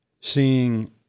seeing